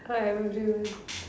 ah everyone